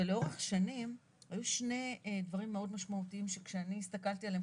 ולאורך שנים היו שני דברים מאוד משמעותיים שכשאני הסתכלתי עליהם,